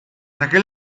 aquel